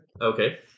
Okay